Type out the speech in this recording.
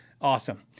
awesome